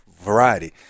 variety